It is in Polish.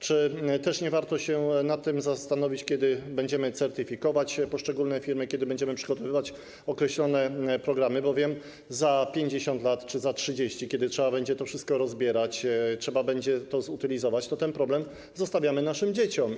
Czy nie warto się nad tym zastanowić, kiedy będziemy certyfikować poszczególne firmy, kiedy będziemy przygotowywać określone programy, bowiem za 50 lat czy za 30, kiedy trzeba będzie to wszystko rozbierać, trzeba będzie to zutylizować, to ten problem zostawimy naszym dzieciom?